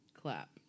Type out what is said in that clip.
clap